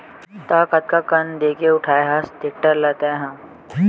त कतका कन देके उठाय हस टेक्टर ल तैय हा?